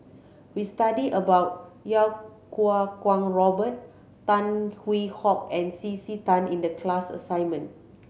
we studied about Iau Kuo Kwong Robert Tan Hwee Hock and C C Tan in the class assignment